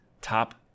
top